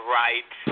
right